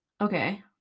Okay